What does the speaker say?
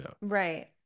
Right